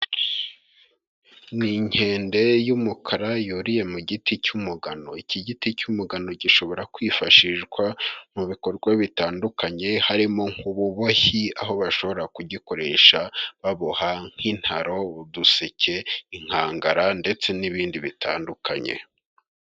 N'inkende y'umukara yuriye mu giti cy'umugano. Iki giti cy'umugano gishobora kwifashishwa, mu bikorwa bitandukanye, harimo nk'ububoshyi, aho bashobora kugikoresha, baboha nk'intaro, uduseke, inkangara, ndetse n'ibindi bitandukanye.